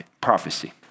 prophecy